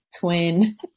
twin